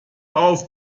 auf